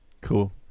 cool